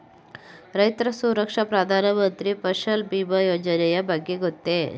ರೈತ ಸುರಕ್ಷಾ ಪ್ರಧಾನ ಮಂತ್ರಿ ಫಸಲ್ ಭೀಮ ಯೋಜನೆಯ ಬಗ್ಗೆ ಗೊತ್ತೇ?